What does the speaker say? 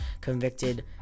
convicted